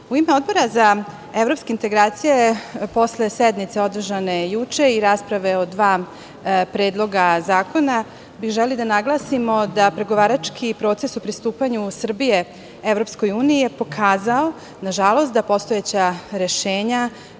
u ime Odbora za evropske integracija posle sednice održane juče i rasprave od dva predloga zakona, želimo da naglasimo da pregovarački proces u pristupanju Srbije Evropskoj uniji je pokazao, nažalost, da postojeća rešenja,